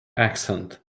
accent